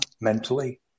mentally